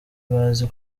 bazi